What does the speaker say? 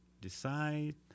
decide